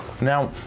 Now